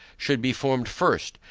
should be formed first,